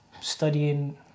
studying